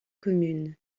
commune